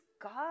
God